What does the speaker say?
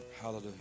Hallelujah